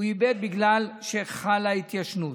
הוא איבד בגלל שחלה התיישנות.